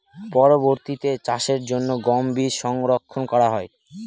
পরবর্তিতে চাষের জন্য গম বীজ সংরক্ষন করা হয়?